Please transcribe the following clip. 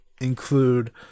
include